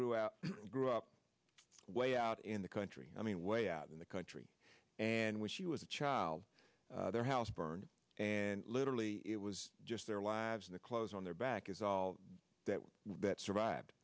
grew out grew up way out in the country i mean way out in the country and when she was a child their house burned and literally it was just their lives in the clothes on their back is all that that survived